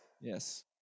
Yes